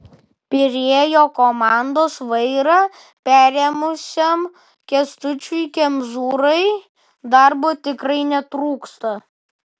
pirėjo komandos vairą perėmusiam kęstučiui kemzūrai darbo tikrai netrūksta